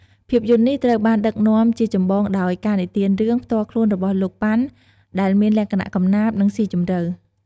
ភាពយន្តនេះត្រូវបានដឹកនាំជាចម្បងដោយ ការនិទានរឿង ផ្ទាល់ខ្លួនរបស់លោក ប៉ាន់ ដែលមានលក្ខណៈកំណាព្យ និងស៊ីជម្រៅ។